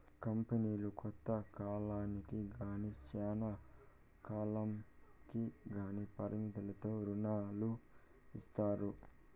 కంపెనీలు కొంత కాలానికి గానీ శ్యానా కాలంకి గానీ పరిమితులతో రుణాలు ఇత్తాయి